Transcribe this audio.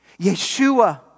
Yeshua